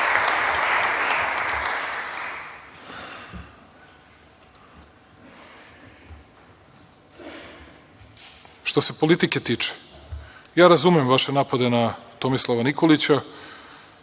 se politike tiče, ja razumem vaše napade na Tomislava Nikolića.